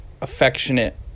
affectionate